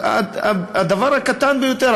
הדבר הקטן ביותר.